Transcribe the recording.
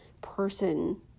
person